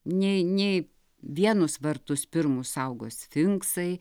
nei nei vienus vartus pirmus saugo sfinksai